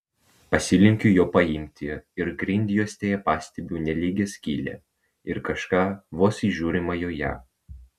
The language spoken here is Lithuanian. pasilenkiu jo paimti ir grindjuostėje pastebiu nelygią skylę ir kažką vos įžiūrima joje